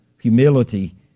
humility